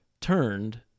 turned